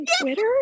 Twitter